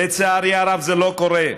לצערי הרב, זה לא קורה.